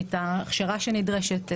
את ההכשרה שנדרשת,